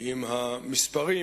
עם המספרים,